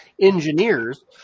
engineers